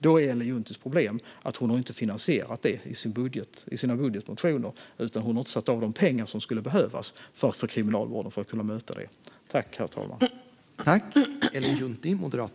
Men Ellen Junttis problem är att hon inte har finansierat det i sin budgetmotion. Hon har inte satt av de pengar som kriminalvården skulle behöva för att kunna möta det.